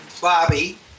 Bobby